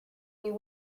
you